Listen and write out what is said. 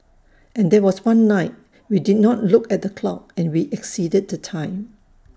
and there was one night we did not look at the clock and we exceeded the time